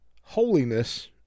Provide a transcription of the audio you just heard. Holiness